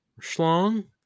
Schlong